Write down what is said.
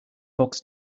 box